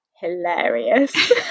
hilarious